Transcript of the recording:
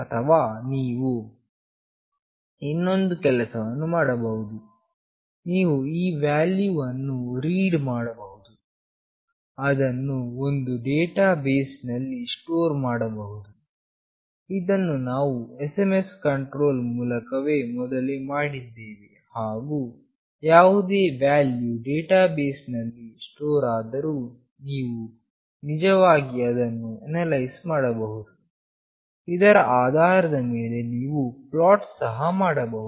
ಅಥವಾ ನೀವು ಇನ್ನೊಂದು ಕೆಲಸವನ್ನು ಮಾಡಬಹುದು ನೀವು ಈ ವ್ಯಾಲ್ಯೂ ವನ್ನು ರೀಡ್ ಮಾಡಬಹುದು ಅದನ್ನು ಒಂದು ಡೇಟಾಬೇಸ್ ನಲ್ಲಿ ಸ್ಟೋರ್ ಮಾಡಬಹುದು ಇದನ್ನು ನಾವು SMS ಕಂಟ್ರೋಲ್ ಮೂಲಕ ಮೊದಲೇ ಮಾಡಿದ್ದೇವೆ ಹಾಗು ಯಾವುದೇ ವ್ಯಾಲ್ಯೂ ಡೇಟಾಬೇಸ್ ನಲ್ಲಿ ಸ್ಟೋರ್ ಆದರೂ ನೀವು ನಿಜವಾಗಿ ಅದನ್ನು ಅನಲೈಸ್ ಮಾಡಬಹುದು ಇದರ ಆಧಾರದ ಮೇಲೆ ನೀವು ಪ್ಲಾಟ್ ಸಹ ಮಾಡಬಹುದು